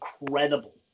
incredible